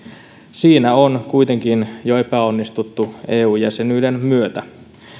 siinä on kuitenkin jo epäonnistuttu eu jäsenyyden myötä